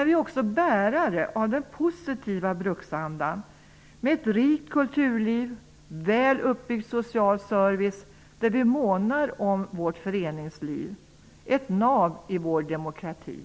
Vi är också bärare av den positiva bruksandan, med ett rikt kulturliv och en väl uppbyggd social service, där vi månar om vårt föreningsliv -- ett nav i vår demokrati.